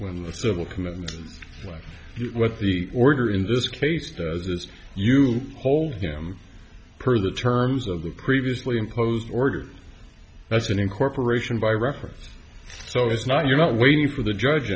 when the civil commitment when what the order in this case does is you hold him per the terms of the previously imposed order that's in incorporation by reference so it's not you're not waiting for the judge